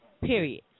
period